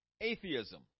Atheism